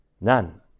None